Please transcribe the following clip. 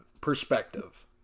Perspective